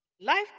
life